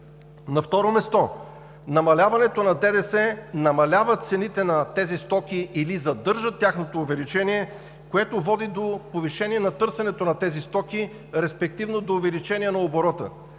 На второ място, намаляването на ДДС намалява цените на тези стоки или задържа тяхното увеличение, което води до повишение на търсенето на тези стоки, респективно до увеличение на оборота.